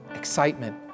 excitement